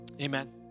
Amen